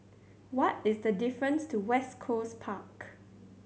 what is the difference to West Coast Park